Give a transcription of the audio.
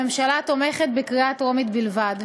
הממשלה תומכת בקריאה טרומית בלבד.